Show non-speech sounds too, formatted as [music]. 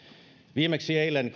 viimeksi eilen [unintelligible]